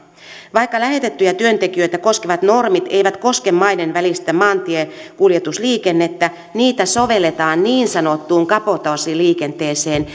vaikka lähetettyjä työntekijöitä koskevat normit eivät koske maiden välistä maantiekuljetusliikennettä niitä sovelletaan niin sanottuun kabotaasiliikenteeseen